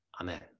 Amen